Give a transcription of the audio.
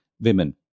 women